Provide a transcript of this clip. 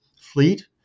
fleet